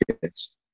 kids